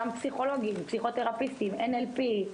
גם פסיכולוגים, פסיכותרפיסטית, NLP,